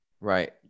Right